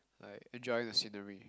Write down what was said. like enjoying the scenery